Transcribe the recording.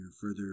further